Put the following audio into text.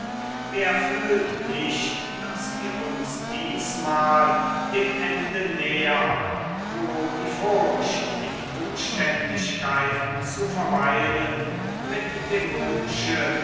wer fühlt nicht daß wir uns diesmal dem ende nähern wo die furcht in umständlichkeiten zu verweilen mit dem wunsche